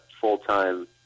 full-time